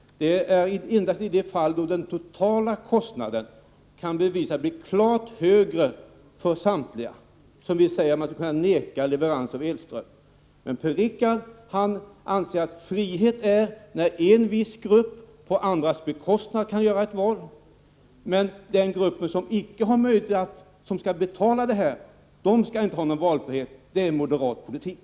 Det är endast i de fall då den totala kostnaden kan bevisas bli klart högre för samtliga som vi säger att man skall kunna vägra leverans av elström. Men Per-Richard Molén anser att frihet råder när en viss grupp kan göra ett val på andras bekostnad. Men den grupp som skall betala detta skall inte ha någon valfrihet! Det är moderatpolitik.